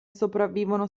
sopravvivono